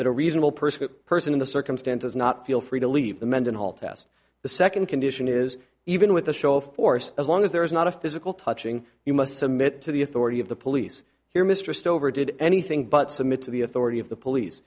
that a reasonable person person in the circumstances not feel free to leave the mendenhall test the second condition is even with a show of force as long as there is not a physical touching you must submit to the authority of the police here mr stover did anything but submit to the authority of the police